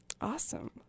Awesome